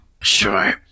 Sure